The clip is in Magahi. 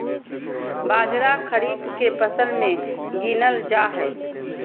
बाजरा खरीफ के फसल मे गीनल जा हइ